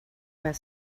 where